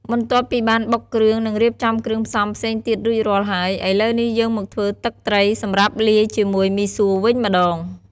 បន្ទាប់ពីបានបុកគ្រឿង និងរៀបចំគ្រឿងផ្សំផ្សេងទៀតរួចរាល់ហើយ ឥឡូវនេះ យើងមកធ្វើទឹកត្រីសម្រាប់លាយជាមួយមីសួរវិញម្ដង។